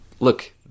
Look